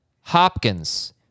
Hopkins